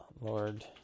Lord